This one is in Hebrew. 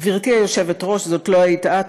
"גברתי היושבת-ראש" זאת לא היית את,